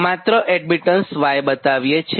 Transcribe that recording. માત્ર admittance Y બતાવીએ છીએ